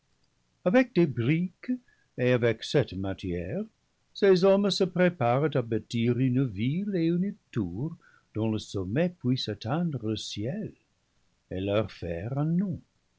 avec des briques et avec cette matière ces hommes se préparent à bâtir une ville et une tour dont le sommet puisse atteindre le ciel et leur faire un